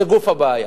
זה גוף הבעיה,